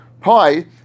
pi